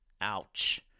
Ouch